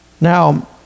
Now